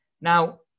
Now